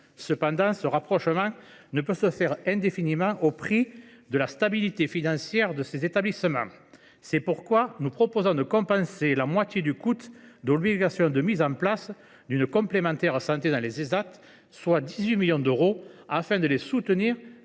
Cependant ce rapprochement ne peut se faire indéfiniment au prix de la stabilité financière de ces établissements. C’est pourquoi nous proposerons de compenser la moitié du coût de l’obligation de mise en place d’une complémentaire santé dans les Ésat, soit 18 millions d’euros, afin de les soutenir